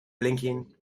blinking